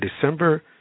December